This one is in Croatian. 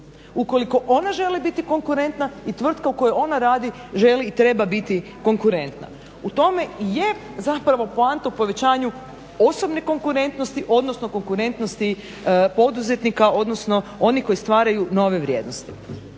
Ukoliko ona želi biti konkurentna i tvrtka u kojoj ona radi želi i treba biti konkurenta. U tome i je zapravo poanta povećavanje osobne konkurentnosti odnosno konkurentnosti poduzetnika odnosno oni koji stvaraju nove vrijednosti.